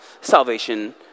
salvation